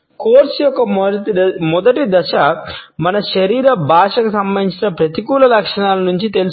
course యొక్క మొదటి దశ మన శరీర భాషకి సంబంధించిన ప్రతికూల లక్షణాల గురించి తెలుసుకోవడం